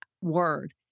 word